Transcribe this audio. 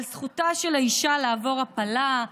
על זכותה של האישה לעבור הפלה,